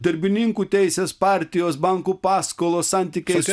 darbininkų teisės partijos bankų paskolos santykiai su